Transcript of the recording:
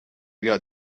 got